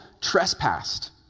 trespassed